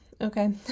Okay